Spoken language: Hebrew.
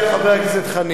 חבר הכנסת חנין,